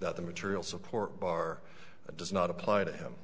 that the material support bar does not apply to him